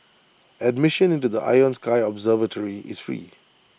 admission into the Ion sky observatory is free